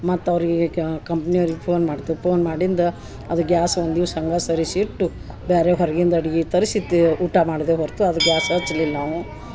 ಮತ್ತೆ ಅವರಿಗೆ ಕಂಪ್ನಿ ಅವ್ರಿಗೆ ಫೋನ್ ಮಾಡ್ತು ಪೋನ್ ಮಾಡಿಂದ ಅದು ಗ್ಯಾಸ್ ಒಂದಿವ್ಸ ಹಂಗೆ ಸರಿಸಿಟ್ಟು ಬ್ಯಾರೆ ಹೊರ್ಗಿಂದ ಅಡ್ಗಿ ತರಿಸಿತ್ತೇ ಊಟ ಮಾಡ್ದೆ ಹೊರ್ತು ಅದು ಗ್ಯಾಸ್ ಹಚ್ಲಿಲ್ ನಾವು